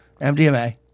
MDMA